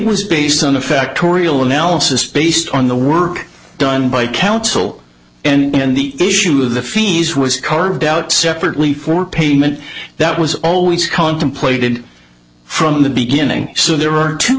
was based on a factorial analysis based on the work done by counsel and the issue of the fees was carved out separately for payment that was always contemplated from the beginning so there are two